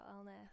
illness